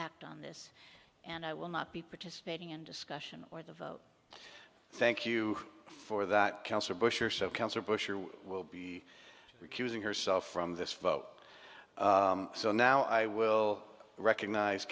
act on this and i will not be participating in discussion or the vote thank you for that cancer bush or so cancer bush will be recusing herself from this vote so now i will recognize